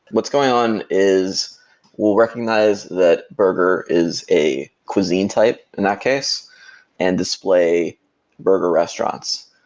what's going on is we'll recognize that burger is a cuisine type in that case and display burger restaurants.